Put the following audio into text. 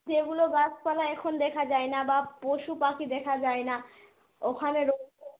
যেগুলো গাছপালা এখন দেখা যায় না বা পশু পাখি দেখা যায় না ওখানে রয়েছে